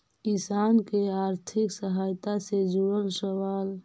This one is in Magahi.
किसान के आर्थिक सहायता से जुड़ल सवाल?